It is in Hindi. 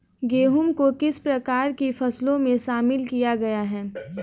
गेहूँ को किस प्रकार की फसलों में शामिल किया गया है?